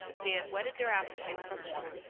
they had whetted their appetites for more,